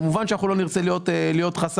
כמובן שלא נרצה להיות חסם,